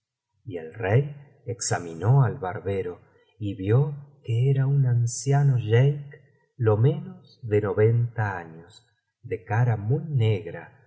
y el rey examinó al barbero y vio que era un anciano jeíque lo menos de noventa años de cara muy negra